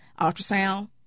ultrasound